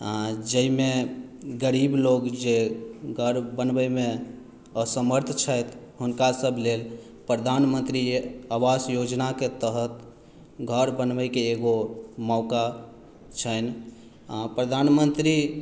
आ जाहिमे गरीब लोक जे घर बनबैमे असमर्थ छथि हुनका सभ लेल प्रधानमन्त्री आवास योजनाके तहत घर बनबैके एगो मौका छनि आ प्रधानमन्त्री